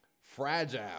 fragile